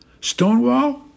Stonewall